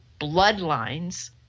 bloodlines